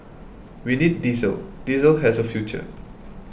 we need diesel diesel has a future